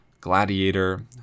Gladiator